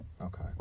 Okay